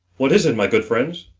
what is it, my good friends?